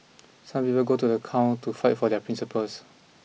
some people go to the count to fight for their principles